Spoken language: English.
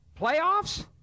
playoffs